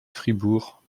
fribourg